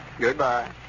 Goodbye